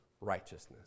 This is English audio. righteousness